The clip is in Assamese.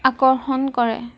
আকৰ্ষণ কৰে